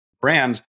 brands